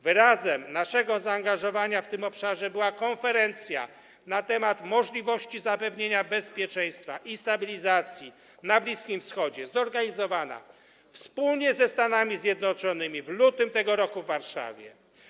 Wyrazem naszego zaangażowania w tym obszarze była konferencja na temat możliwości zapewnienia bezpieczeństwa i stabilizacji na Bliskim Wschodzie zorganizowana wspólnie ze Stanami Zjednoczonymi w lutym tego roku w Warszawie.